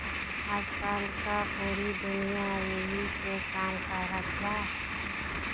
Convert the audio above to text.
आजकल पूरी दुनिया ऐही से काम कारत बा